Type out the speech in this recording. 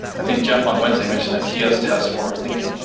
i think geoff on wednesday mentioned that he has tests for, i think,